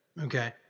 Okay